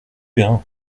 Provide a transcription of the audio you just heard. bien